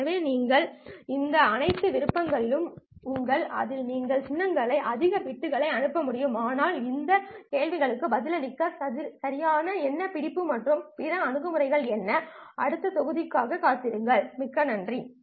எனவே உங்களிடம் இந்த அனைத்து விருப்பங்களும் உள்ளன அதில் நீங்கள் ஒரு சின்னத்திற்கு அதிக பிட்களை அனுப்ப முடியும் ஆனால் இந்த கேள்விகளுக்கு பதிலளிக்க சரியாக என்ன பிடிப்பு மற்றும் பிற அணுகுமுறை என்ன அடுத்த தொகுதிக்காக காத்திருங்கள்